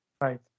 right